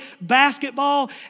basketball